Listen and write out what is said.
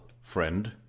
friend